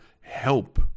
help